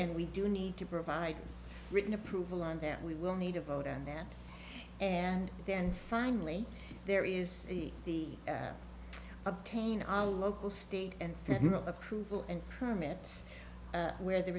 and we do need to provide written approval on that we will need a vote on that and then finally there is the obtain our local state and federal approval and permits where the